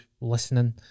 listening